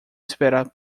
esperar